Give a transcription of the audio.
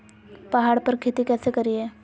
पहाड़ पर खेती कैसे करीये?